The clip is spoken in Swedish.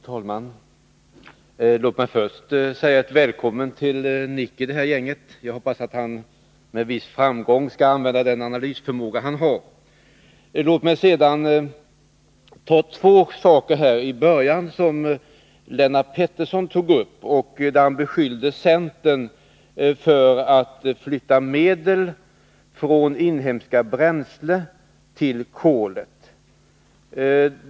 Fru talman! Låt mig först säga välkommen i gänget till Nic Grönvall. Jag hoppas att han med viss framgång skall använda den analysförmåga han besitter. Låt mig sedan ta upp två saker som Lennart Pettersson nämnde. Han beskyllde centern för att flytta medel från inhemska bränslen till kolet.